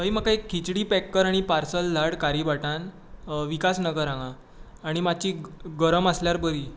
भाई म्हाका एक खिचडी पॅक कर आणी पार्सल धाड कारि भाटान विकास नगर हांगा आनी मातशी गरम आसल्यार बरी